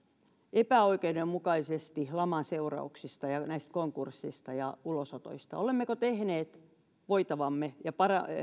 epäoikeudenmukaisesti laman seurauksista ja näistä konkursseista ja ulosotoista olemmeko tehneet voitavamme ja